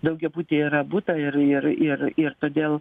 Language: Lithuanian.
daugiabutyje yra butą ir ir ir ir todėl